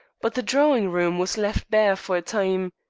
but the drawing-room was left bare for a time.